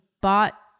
bought